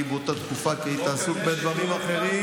באותה תקופה כי היית עסוק בדברים אחרים,